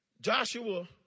Joshua